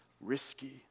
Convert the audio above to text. risky